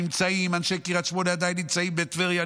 אנשי קריית שמונה עדיין נמצאים בטבריה,